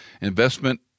Investment